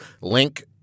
link